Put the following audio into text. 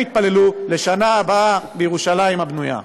התפללו: לשנה הבאה בירושלים הבנויה.